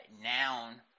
noun